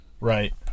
Right